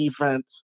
defense